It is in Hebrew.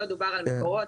לא דובר על מקורות,